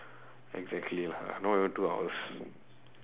exactly lah not even two hours